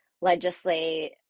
legislate